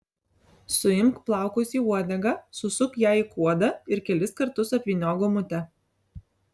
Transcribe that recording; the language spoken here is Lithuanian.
suimk plaukus į uodegą susuk ją į kuodą ir kelis kartus apvyniok gumute